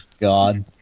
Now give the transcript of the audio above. God